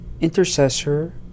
intercessor